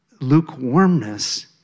lukewarmness